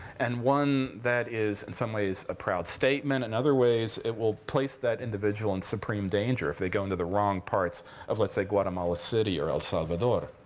and one that is, in some ways a proud statement. in other ways, it will place that individual and supreme danger, if they go into the wrong parts of, let's say, guatemala city or el salvador.